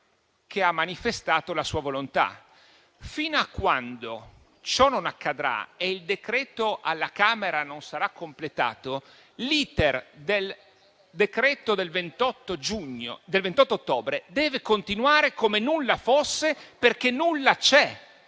che ha manifestato la sua volontà. Fino a quando ciò non accadrà e il decreto alla Camera non sarà completato, l'*iter* del decreto del 28 ottobre deve continuare come nulla fosse, perché nulla c'è.